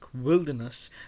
wilderness